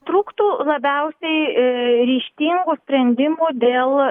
trūktų labiausiai ryžtingų sprendimų dėl